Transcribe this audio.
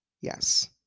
Yes